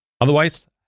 Otherwise